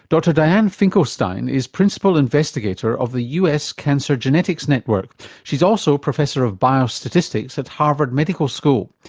dr dianne finkelstein is principal investigator of the us cancer genetics network she's also professor of biostatistics at harvard medical school.